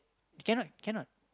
cannot cannot